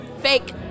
fake